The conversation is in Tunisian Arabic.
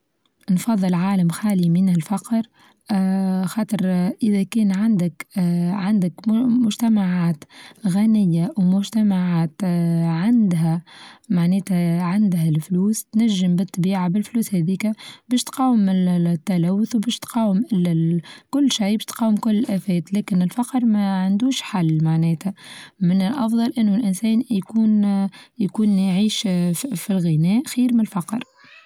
نفظل عالم خالي من الفقر آآ خاطر إذا كان عندك آآ عندك مچتمعات غنية ومچتمعات آآ عندها معناتها عندها الفلوس تنچم بالطبيعة بالفلوس هذيكا باش تقاوم التلوث وباش تقاوم ال-ال كل شي باش تقاوم كل الآفات، لكن الفقر ما عندوش حل معناتها من الأفظل أنو الإنسان يكون آآ يكون يعيش في الغناء خير مالفقر.